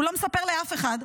הוא לא מספר לאף אחד,